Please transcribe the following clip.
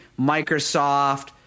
Microsoft